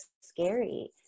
scary